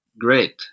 great